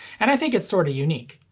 and i think it's sorta unique.